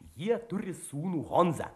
jie turi sūnų honzą